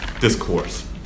discourse